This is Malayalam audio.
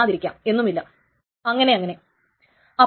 റൈറ്റ് കേസിന് എന്തു സംഭവിക്കുന്നു എന്നുളളത് ഓർക്കുക